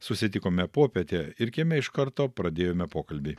susitikome popietę ir kieme iš karto pradėjome pokalbį